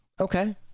Okay